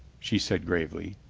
she said gravely.